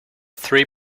three